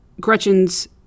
Gretchen's